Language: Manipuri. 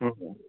ꯍꯣꯏ ꯑꯥ